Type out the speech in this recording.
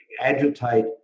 Agitate